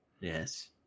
Yes